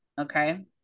Okay